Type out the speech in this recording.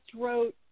wrote